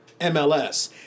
MLS